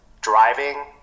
driving